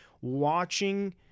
watching